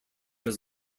his